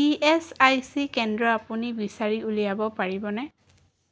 ESIC কেন্দ্ৰ আপুনি বিচাৰি উলিয়াব পাৰিবনে